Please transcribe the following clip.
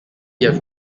have